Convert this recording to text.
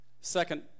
Second